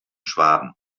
schwaben